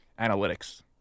Analytics